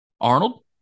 Arnold